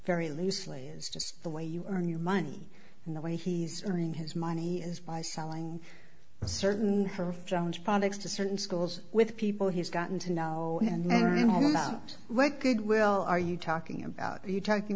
very loosely is just the way you earn your money and the way he's earning his money is by selling certain her drones products to certain schools with people he's gotten to know and never know about what good will are you talking about are you talking